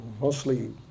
mostly